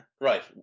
right